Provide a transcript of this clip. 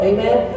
Amen